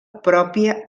pròpia